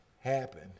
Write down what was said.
happen